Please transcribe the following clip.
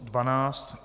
12.